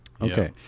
okay